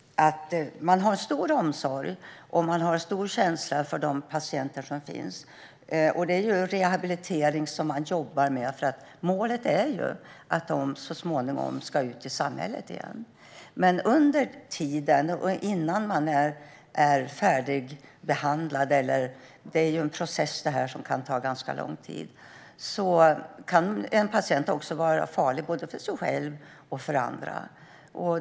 Man har stor omsorg och känsla för de patienter som finns. Det är ju rehabilitering som man jobbar med. Målet är att de så småningom ska ut i samhället igen. Men innan man är färdigbehandlad - det är en process som kan ta ganska lång tid - kan man som patient vara farlig både för sig själv och för andra.